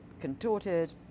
contorted